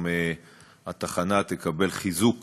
התחנה תקבל חיזוק